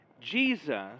Jesus